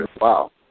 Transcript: wow